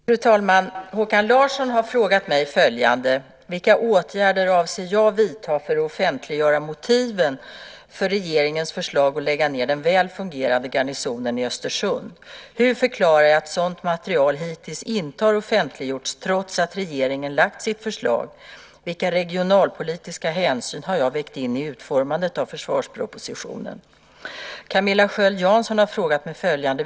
Fru talman! Håkan Larsson har frågat mig följande. Vilka åtgärder avser jag att vidta för att offentliggöra motiven för regeringens förslag att lägga ned den väl fungerande garnisonen i Östersund? Hur förklarar jag att sådant material hittills inte har offentliggjorts trots att regeringen har lagt sitt förslag? Vilka regionalpolitiska hänsyn har jag vägt in i utformandet av försvarspropositionen? Camilla Sköld-Jansson har frågat mig följande.